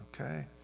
okay